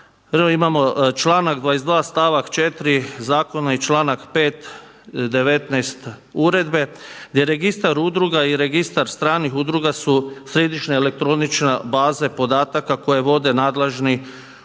imamo članak 22, stavak 4. Zakona i članak 5. 19 uredbe gdje registar udruga i registar stranih udruga su središnje elektronične baze podataka koje vode nadležni uredi.